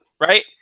right